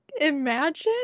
imagine